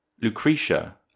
Lucretia